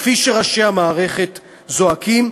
כפי שראשי המערכת זועקים,